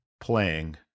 playing